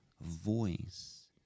voice